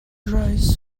dries